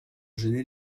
gêner